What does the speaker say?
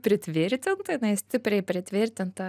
pritvirtinta jinai stipriai pritvirtinta